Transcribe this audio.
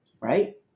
Right